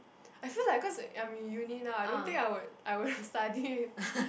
I feel like cause I'm in uni now I don't think I would I would've study